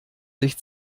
sich